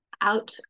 out